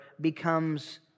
becomes